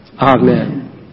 Amen